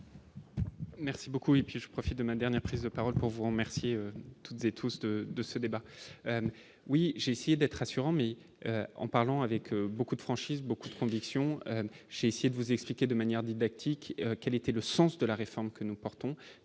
Merci beaucoup et puis je profite de ma dernière prise de parole pour vous remercier toutes et tous ceux de de ce débat, oui, j'ai essayé d'être rassurant mais en parlant avec beaucoup de franchise beaucoup de conviction, j'ai essayé de vous expliquer de manière didactique, quel était le sens de la réforme que nous portons,